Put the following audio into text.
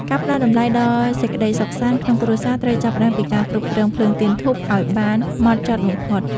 ការផ្តល់តម្លៃដល់សេចក្តីសុខសាន្តក្នុងគ្រួសារត្រូវចាប់ផ្តើមពីការគ្រប់គ្រងភ្លើងទៀនធូបឱ្យបានហ្មត់ចត់បំផុត។